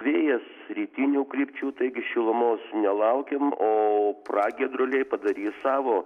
vėjas rytinių krypčių taigi šilumos nelaukim o pragiedruliai padarys savo